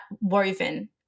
Woven